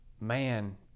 man